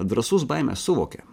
drąsus baimę suvokia